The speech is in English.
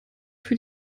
für